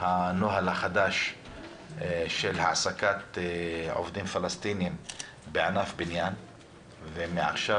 הנוהל החדש של העסקת עובדים פלסטינים בענף הבניין ומעכשיו,